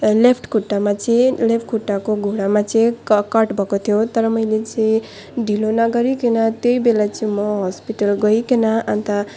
left खुट्टामा चाहिँ left खुट्टाको घुँडामा चाहिँ क कट भएको थियो तर मैले चाहिँ ढिलो नगरिकन त्यही बेला चाहिँ म हस्पिटल गइकन अन्त